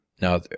Now